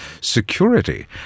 security